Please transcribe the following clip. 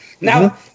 Now